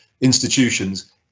institutions